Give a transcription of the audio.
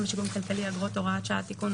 ושיקום כלכלי (אגרות) (הוראת שעה) (תיקון),